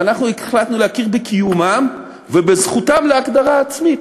ואנחנו החלטנו להכיר בקיומם ובזכותם להגדרה עצמית.